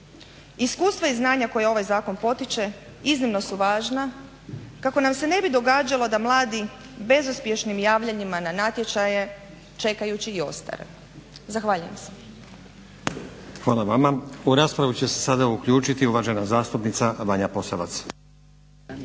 Iskustva i znanja koja ovaj zakon potiče iznimno su važna kako nam se ne bi događalo da mladi bezuspješnim javljanjima na natječaje, čekajući i ostare. Zahvaljujem se. **Stazić, Nenad (SDP)** Hvala vama. U raspravu će se sada uključiti uvažena zastupnica Vanja Posavac.